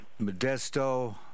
Modesto